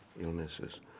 illnesses